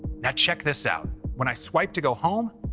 now check this out. when i swipe to go home,